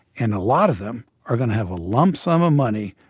and a lot of them are going to have a lump sum of money